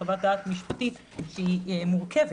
חוות דעת משפטית שהיא מורכבת,